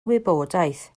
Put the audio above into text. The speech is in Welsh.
wybodaeth